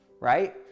right